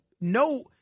no